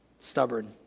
stubborn